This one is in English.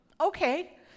Okay